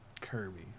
Kirby